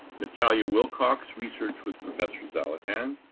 natalia wilcox, research with professor zalatan,